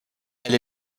elle